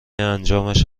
انجامش